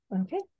Okay